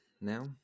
now